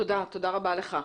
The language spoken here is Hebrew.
תודה רבה לך.